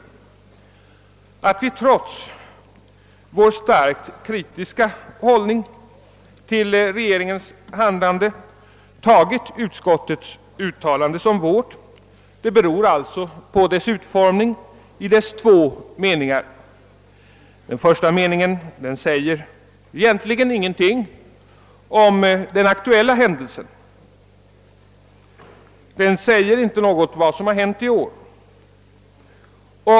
Att vi trots vår starkt kritiska håll ning till regeringens handlande tagit utskottets uttalande i två meningar som vårt beror alltså på dess utformning. Den första meningen säger ingenting om den aktuella händelsen. Den säger inte någonting om vad som har hänt i år.